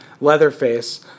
Leatherface